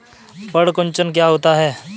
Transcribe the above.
पर्ण कुंचन क्या होता है?